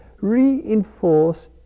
reinforce